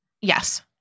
Yes